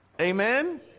Amen